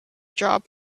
job